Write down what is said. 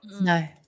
no